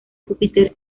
júpiter